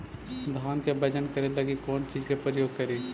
धान के बजन करे लगी कौन चिज के प्रयोग करि?